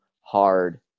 hard